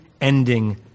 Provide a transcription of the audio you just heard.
ending